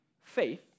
faith